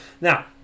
now